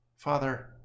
Father